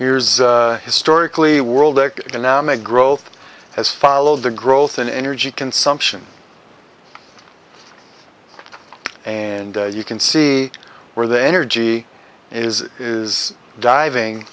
here's historically world economic growth has followed the growth in energy consumption and you can see where the energy is is diving